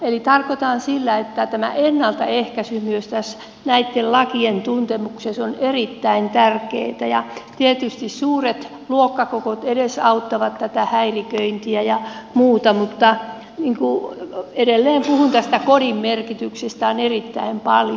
eli tarkoitan sillä sitä että tämä ennaltaehkäisy myös tässä näitten lakien tuntemuksessa on erittäin tärkeätä ja tietysti suuret luokkakoot edesauttavat tätä häiriköintiä ja muuta mutta edelleen puhun tästä kodin merkityksestä erittäin paljon